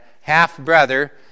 half-brother